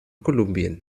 kolumbien